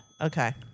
Okay